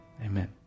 Amen